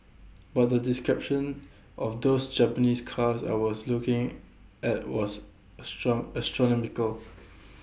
but the description of those Japanese cars I was looking at was A strong astronomical